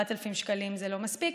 4,000 שקלים זה לא מספיק,